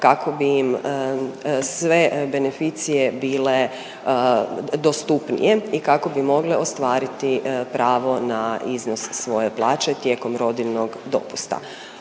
kako bi im sve beneficije bile dostupnije i kako bi mogle ostvariti pravo na iznos svoje plaće tijekom rodiljnog dopusta.